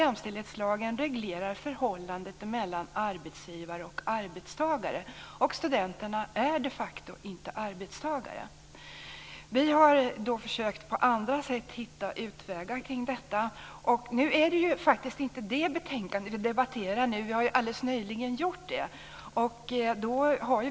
Jämställdhetslagen reglerar nämligen förhållandet mellan arbetsgivare och arbetstagare, och studenterna är de facto inte arbetstagare. Vi har på andra sätt försökt hitta utvägar kring detta. Men det är faktiskt inte det betänkandet som vi debatterar nu, utan det har vi alldeles nyligen gjort.